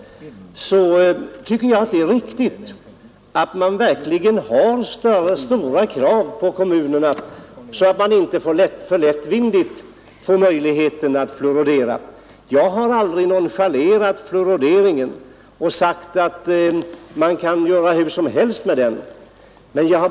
Jag tycker att det är riktigt att man verkligen ställer stora krav på kommunerna, så att dessa inte alltför lättvindigt får fluoridera. Jag har aldrig nonchalerat fluorideringen och sagt att man kan göra hur som helst med den.